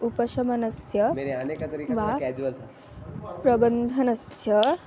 उपशमनस्य वा प्रबन्धनस्य